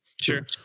Sure